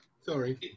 Sorry